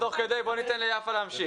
בואו ניתן ליפה להמשיך.